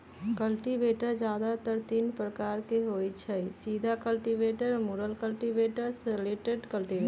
cultivator जादेतर तीने प्रकार के होई छई, सीधा कल्टिवेटर, मुरल कल्टिवेटर, स्लैटेड कल्टिवेटर